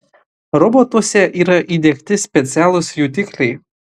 robotuose yra įdiegti specialūs jutikliai